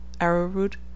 arrowroot